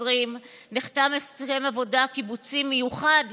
2020 נחתם הסכם עבודה קיבוצי מיוחד,